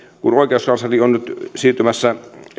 kun oikeuskansleri on nyt siirtymässä